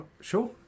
Sure